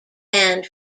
band